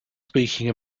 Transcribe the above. speaking